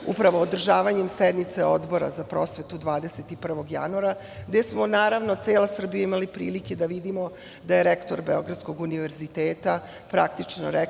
upravo održavanjem sednice Odbora za prosvetu 21. januara, a gde je cela Srbija imala prilike da vidi da je rektor Beogradskog univerziteta rekao